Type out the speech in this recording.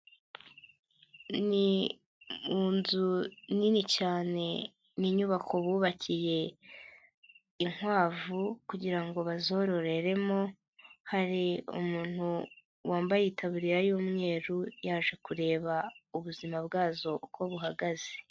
Ni mu nzu nini cyane ni inyubako bubakiye inkwavu kugira ngo bazororeremo, hari umuntu wambaye itaburiya y'umweru yaje kureba ubuzima bwazo uko buhagaze.